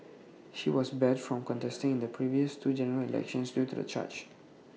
he was barred from contesting in the previous two general elections due to the charge